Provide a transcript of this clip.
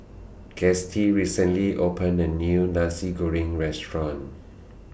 Gustie recently opened A New Nasi Goreng Restaurant